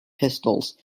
pistols